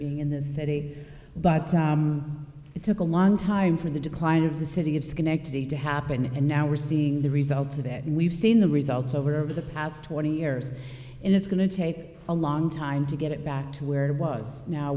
years in this city but it took a long time for the decline of the city of schenectady to happen and now we're seeing the results of it and we've seen the results over of the past twenty years and it's going to take a long time to get it back to where it was now